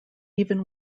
even